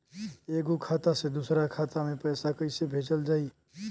एगो खाता से दूसरा खाता मे पैसा कइसे भेजल जाई?